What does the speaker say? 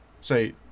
say